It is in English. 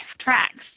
tracks